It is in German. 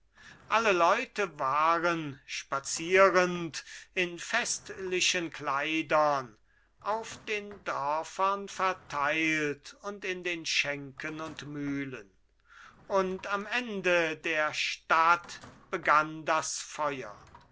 alle leute waren spazierend in festlichen kleidern auf den dörfern verteilt und in den schenken und mühlen und am ende der stadt begann das feuer